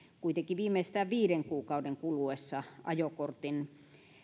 kuitenkin viimeistään viiden kuukauden kuluessa ajokortin